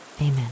Amen